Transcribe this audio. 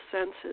senses